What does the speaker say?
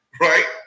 right